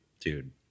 dude